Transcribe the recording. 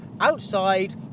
outside